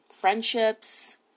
friendships